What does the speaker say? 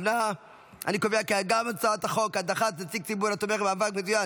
להעביר את הצעת חוק הדחת נציג ציבור התומך במאבק מזוין